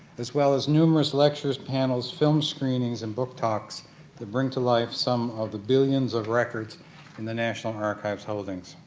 as well as numerous lectures, panels, film screenings and book talks that bring to life some of the billions of records in the national archives holdings.